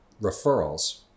referrals